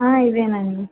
ఇదేనండీ